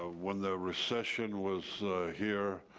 ah when the recession was here,